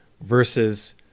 versus